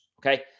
Okay